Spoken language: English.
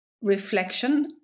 reflection